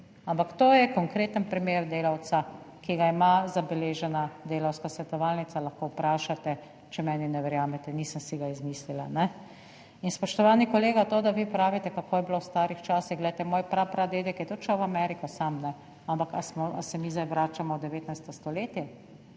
Ampak to je konkreten primer delavca, ki ga ima zabeležena Delavska svetovalnica, lahko vprašate, če meni ne verjamete, nisem si ga izmislila. In spoštovani kolega, to, da vi pravite kako je bilo v starih časih, glejte, moj prapradedek je tudi šel v Ameriko, ampak ali se mi zdaj vračamo v 19. stoletje,